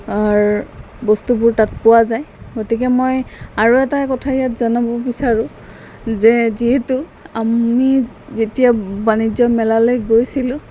বস্তুবোৰ তাত পোৱা যায় গতিকে মই আৰু এটা কথা ইয়াত জনাব বিচাৰোঁ যে যিহেতু আমি যেতিয়া বাণিজ্য মেলালৈ গৈছিলোঁ